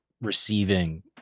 receiving